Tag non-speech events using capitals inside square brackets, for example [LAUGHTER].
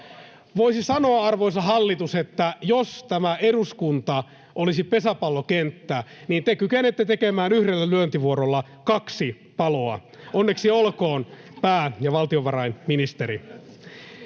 Voisi sanoa, arvoisa hallitus, että jos tämä eduskunta olisi pesäpallokenttä, te kykenette tekemään yhdellä lyöntivuorolla kaksi paloa. [LAUGHS] Onneksi olkoon, pää- ja valtiovarainministeri!